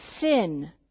sin